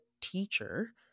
teacher